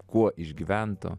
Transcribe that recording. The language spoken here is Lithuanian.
kuo išgyvento